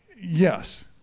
Yes